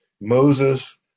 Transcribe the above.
Moses